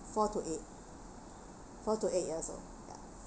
four to eight four to eight years old ya